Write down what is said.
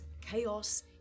chaos